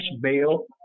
bail